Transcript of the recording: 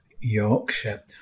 Yorkshire